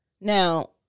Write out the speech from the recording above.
now